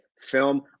film